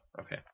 Okay